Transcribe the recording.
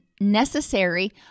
necessary